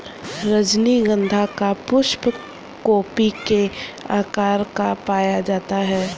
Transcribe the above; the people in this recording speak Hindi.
रजनीगंधा का पुष्प कुपी के आकार का पाया जाता है